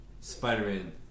Spider-Man